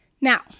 Now